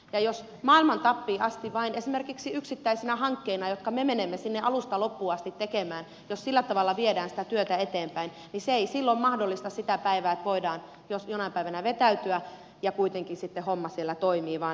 ja jos maailman tappiin asti vain esimerkiksi yksittäisinä hankkeina jotka me menemme sinne alusta loppuun asti tekemään viedään sitä työtä eteenpäin niin se ei silloin mahdollista sitä päivää että voidaan jonain päivänä vetäytyä ja kuitenkin sitten homma siellä toimii